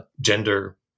gender